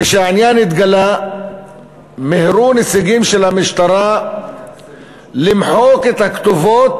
כשהעניין התגלה מיהרו נציגים של המשטרה למחוק את הכתובות,